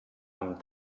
amb